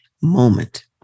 moment